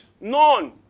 None